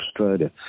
Australia